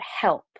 help